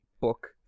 book